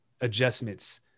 adjustments